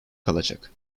kalacak